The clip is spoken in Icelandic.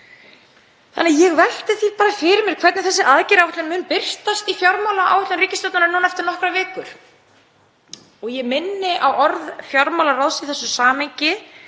þannig að ég velti því bara fyrir mér hvernig þessi aðgerðaáætlun mun birtast í fjármálaáætlun ríkisstjórnarinnar eftir nokkrar vikur. Ég minni á orð fjármálaráðs í þessu samhengi